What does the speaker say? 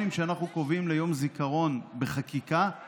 שאנחנו קובעים ליום זיכרון בחקיקה,